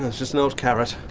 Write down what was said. just an old carrot.